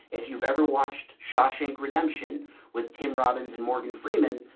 if you've ever watched shawshank redemption with tim robbins and morgan freeman,